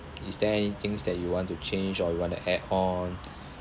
is there any things that you want to change or you want to add on